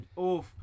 oof